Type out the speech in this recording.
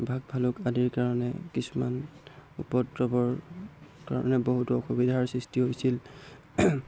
বাঘ ভালুক আদিৰ কাৰণে কিছুমান উপদ্ৰবৰ কাৰণে বহুতো অসুবিধাৰ সৃষ্টি হৈছিল